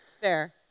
Fair